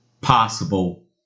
possible